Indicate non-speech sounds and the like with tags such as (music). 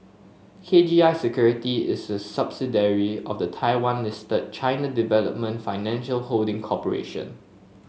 K G I Security is a (unintelligible) of the Taiwan listed China Development Financial Holding Corporation